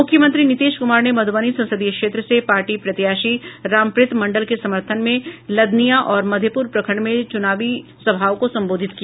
मुख्यमंत्री नीतीश कुमार ने मधुबनी संसदीय क्षेत्र से पार्टी प्रत्याशी रामप्रीत मंडल के समर्थन में लदनिया और मधेप्र प्रखंड में चुनावी सभाओं को संबोधित किया